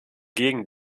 gegen